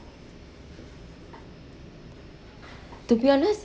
to be honest